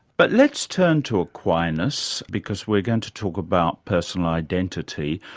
but let's turn to aquinas, because we're going to talk about personal identity.